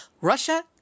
Russia